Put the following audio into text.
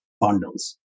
bundles